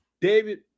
david